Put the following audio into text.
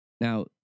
Now